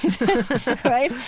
right